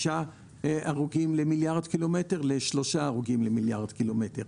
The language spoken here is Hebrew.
הרוגים למיליארד קילומטר ל-3 הרוגים למיליארד קילומטר.